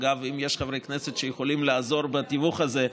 אגב, אם יש חברי כנסת שיכולים לעזור בתיווך הזה,